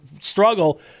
struggle